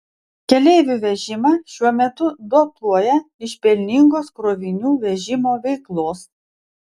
keleivių vežimą šiuo metu dotuoja iš pelningos krovinių vežimo veiklos